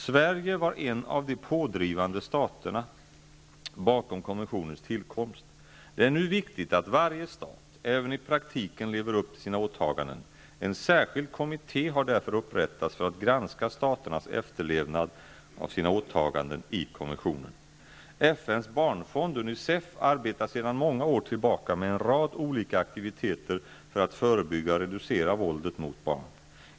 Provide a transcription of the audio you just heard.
Sverige var en av de pådrivande staterna bakom konventionens tillkomst. Det är nu viktigt att varje stat även i praktiken lever upp till sina åtaganden. En särskild kommitté har därför upprättats för att granska staternas efterlevnad av sina åtaganden i konventionen. FN:s barnfond, UNICEF, arbetar sedan många år tillbaka med en rad olika aktiviteter för att förebygga och reducera våldet mot barn.